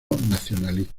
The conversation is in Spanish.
nacionalistas